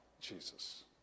Jesus